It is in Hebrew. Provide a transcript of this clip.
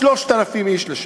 3,000 איש לשם.